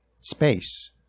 space